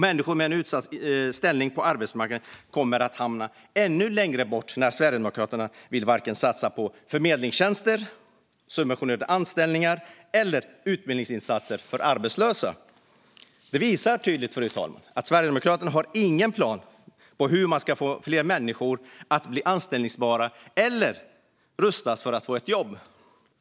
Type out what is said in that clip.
Människor med en utsatt ställning på arbetsmarknaden kommer att hamna ännu längre bort när Sverigedemokraterna inte vill satsa på förmedlingstjänster, subventionerade anställningar eller utbildningsinsatser för arbetslösa. Det visar tydligt, fru talman, att Sverigedemokraterna inte har någon plan för hur man ska få fler människor att bli anställbara eller rustas för att få ett jobb.